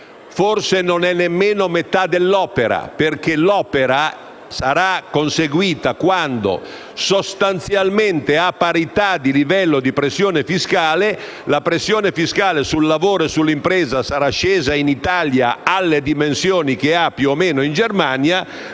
forse non è neanche metà dell'opera, perché l'opera sarà conseguita quando sostanzialmente, a parità di livello di pressione fiscale, la pressione fiscale sul lavoro e sull'impresa sarà scesa in Italia alle dimensioni che ha, più o meno, in Germania,